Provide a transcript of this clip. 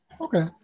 Okay